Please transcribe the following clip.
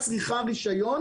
כך שלא מחכים יותר מחקרים בתור.